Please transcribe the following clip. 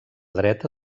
dreta